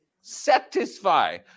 Satisfy